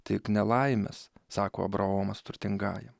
tik nelaimes sako abraomas turtingajam